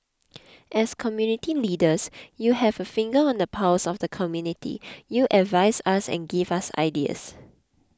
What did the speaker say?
as community leaders you have a finger on the pulse of the community you advise us and give us ideas